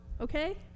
Okay